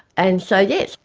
and so, yes,